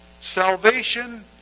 salvation